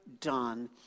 done